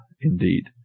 indeed